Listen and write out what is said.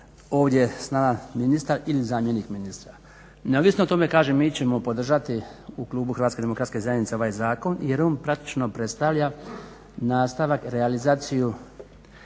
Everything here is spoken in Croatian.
ovdje s nama ministar ili zamjenik ministra. Neovisno o tome kažem mi ćemo podržati u klubu HDZ-a ovaj zakon jer on praktično predstavlja nastavak, realizaciju